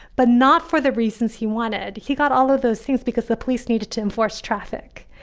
but not for the reasons he wanted. he got all of those things because the police needed to enforce traffic.